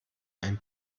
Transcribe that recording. ein